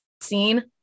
scene